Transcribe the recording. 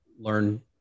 learn